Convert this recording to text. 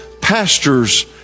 pastors